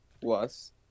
plus